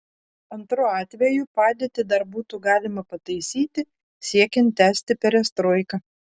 antru atveju padėtį dar būtų galima pataisyti siekiant tęsti perestroiką